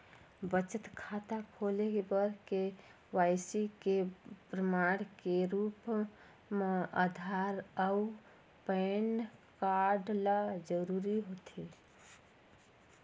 बचत खाता खोले बर के.वाइ.सी के प्रमाण के रूप म आधार अऊ पैन कार्ड ल जरूरी होथे